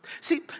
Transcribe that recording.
see